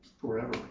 forever